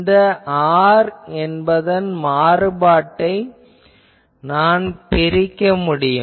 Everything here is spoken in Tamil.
இந்த r என்பதன் மாறுபாட்டை நான் பிரிக்க முடியும்